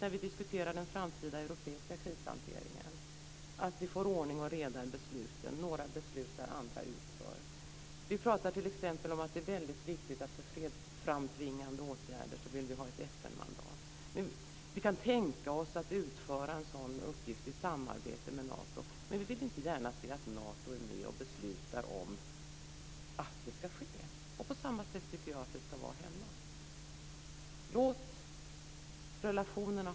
När vi diskuterar den framtida europeiska krishanteringen tycker vi att det är viktigt att vi får ordning och reda i besluten. Några beslutar, andra utför. Vi pratar t.ex. om att det är väldigt viktigt att ha ett FN-mandat för fredsframtvingande åtgärder. Vi kan tänka oss att utföra en sådan uppgift i samarbete med Nato, men vi vill inte gärna se att Nato är med och beslutar om att det ska ske. På samma sätt tycker jag att det ska vara hemma.